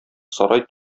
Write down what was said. сарай